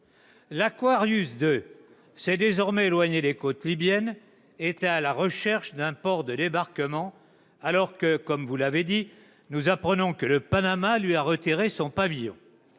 L's'est désormais éloigné des côtes libyennes et est à la recherche d'un port de débarquement. Or, comme vous l'avez dit, nous apprenons que le Panama lui a retiré son pavillon.